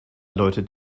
läutet